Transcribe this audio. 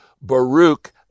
Baruch